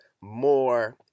more